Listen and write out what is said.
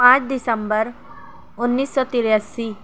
آٹھ دسمبر انیس سو تراسی